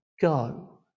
Go